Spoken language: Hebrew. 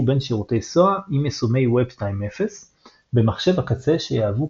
בין שירותי SOA עם יישומי וב 2.0 במחשב הקצה שיהוו